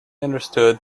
understood